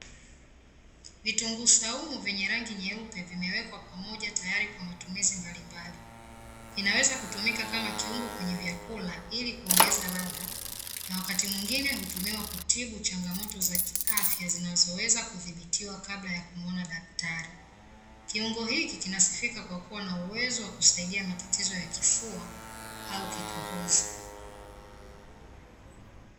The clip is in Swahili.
Vitunguu saumu vyenye rangi nyeupe vimewekwa pamoja tayari kwa matumizi mbalimbali. Vinaweza kutumika kama kiungo kweye vyakula ili kuongeza ladha, na wakati mwingine hutumiwa kutibu changamoto za kiafya zinazoweza kudhibitiwa kabla ya kumuona daktari. Kiungo hiki kinasifika kwa kuwa na uwezo wa kusaidia matatizo ya kifua au kikohozi.